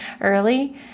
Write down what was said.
early